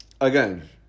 again